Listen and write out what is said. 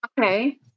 Okay